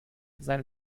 seine